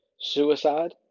suicide